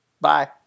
Bye